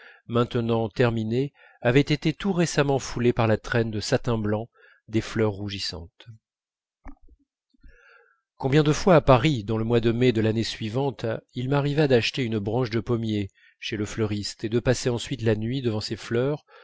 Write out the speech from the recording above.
maintenant terminée avait été tout récemment foulée par la traîne de satin blanc des fleurs rougissantes combien de fois à paris dans le mois de mai de l'année suivante il m'arriva d'acheter une branche de pommier chez le fleuriste et de passer ensuite la nuit devant ses fleurs